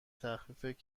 تخفیف